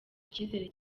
icyizere